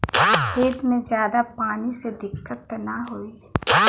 खेत में ज्यादा पानी से दिक्कत त नाही होई?